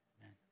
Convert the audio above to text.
Amen